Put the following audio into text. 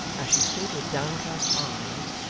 as she stood with downcast eyes,